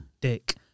Dick